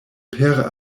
père